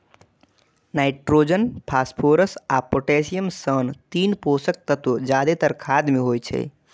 nitrogen, phosphorus आ potassium सन तीन पोषक तत्व जादेतर खाद मे होइ छै